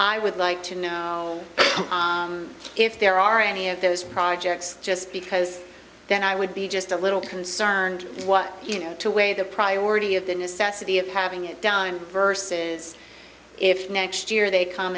i would like to know if there are any of those projects just because then i would be just a little concerned what you know to weigh the priority of the necessity of having it done versus if next year